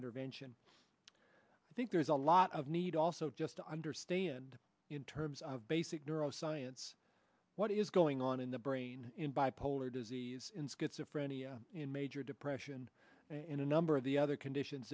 intervention i think there's a lot of need also just to understand in terms of basic neuro science what is going on in the brain in bipolar disease in schizophrenia in major depression in a number of the other conditions